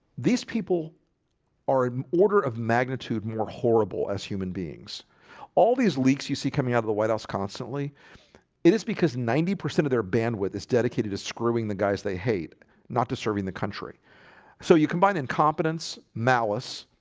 these people are an order of magnitude more horrible as human beings all these leaks you see coming out of the white house constantly it is because ninety percent of their bandwidth is dedicated as screwing the guys they hate not to serving the country so you combine incompetence maois?